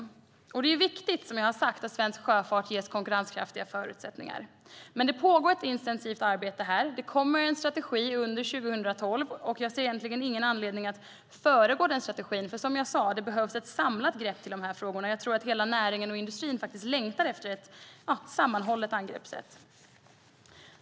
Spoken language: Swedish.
Det är viktigt att svensk sjöfart ges konkurrenskraftiga förutsättningar. Det pågår dock redan ett intensivt arbete här, och det kommer en strategi under 2012. Jag ser egentligen ingen anledning att föregripa den, för det behövs ett samlat grepp i de här frågorna. Jag tror att hela näringen och industrin längtar efter ett sammanhållet angreppssätt.